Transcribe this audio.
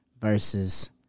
versus